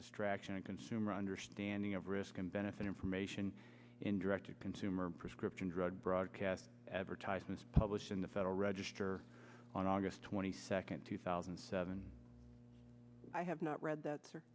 distraction and consumer understanding of risk and benefit information in direct to consumer prescription drug broadcast advertisements published in the federal register on august twenty second two thousand and seven i have not read that sir